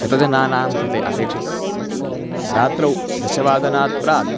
शतजनानां कृते अपेक्षितं रात्रौ दशवादनात् प्राक्